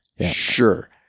sure